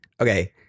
Okay